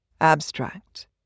Abstract